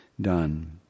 done